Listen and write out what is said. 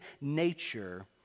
nature